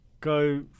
go